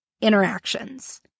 interactions